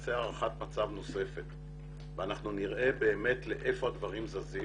תיעשה הערכת מצב נוספת ואנחנו נראה באמת להיכן הדברים זזים